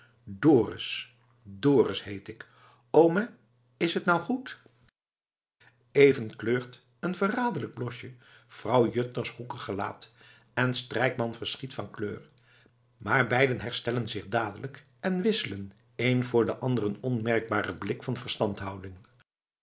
dorus dorus heet ik oome is t nou goed even kleurt een verraderlijk blosje vrouw juttner's hoekig gelaat en strijkman verschiet van kleur maar beiden herstellen zich dadelijk en wisselen een voor de anderen onmerkbaren blik van verstandhouding